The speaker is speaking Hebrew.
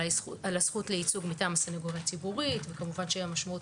על הזכות לייצוג מטעם הסנגוריה הציבורית וכמובן שהמשמעות